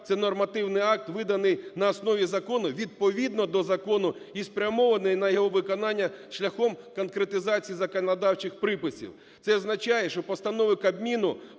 це нормативний акт, виданий на основі закону, відповідно до закону і спрямований на його виконання шляхом конкретизації законодавчих приписів. Це означає, що постанови Кабміну,